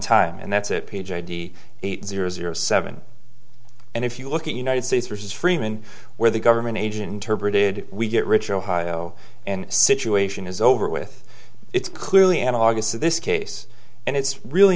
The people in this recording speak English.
time and that's it page id eight zero zero seven and if you look at united states which is freeman where the government agent interpreted we get rich ohio and situation is over with it's clearly an august so this case and it's really